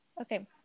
Okay